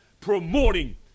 promoting